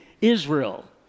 Israel